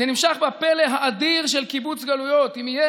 זה נמשך בפלא האדיר של קיבוץ גלויות: "אם יהיה